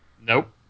nope